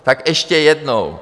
Tak ještě jednou.